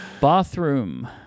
bathroom